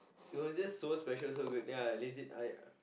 it was just so special so good that I lazy !aiya!